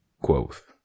Quoth